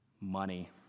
Money